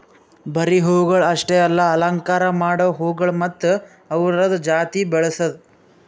ಬರೀ ಹೂವುಗೊಳ್ ಅಷ್ಟೆ ಅಲ್ಲಾ ಅಲಂಕಾರ ಮಾಡೋ ಹೂಗೊಳ್ ಮತ್ತ ಅವ್ದುರದ್ ಜಾತಿ ಬೆಳಸದ್